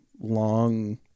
long